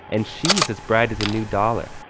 and she's as bright as a new dollar.